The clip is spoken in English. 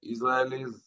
Israelis